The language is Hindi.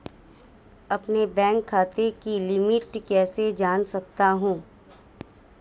अपने बैंक खाते की लिमिट कैसे जान सकता हूं?